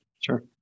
Sure